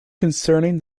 concerning